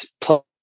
plus